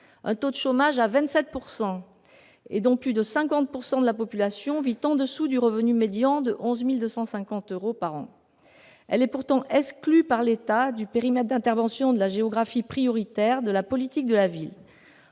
un taux de chômage de 27 % et plus de 50 % de la population vivant en dessous du revenu médian de 11 250 euros par an. Elle est pourtant exclue par l'État du périmètre d'intervention de la géographie prioritaire de la politique de la ville.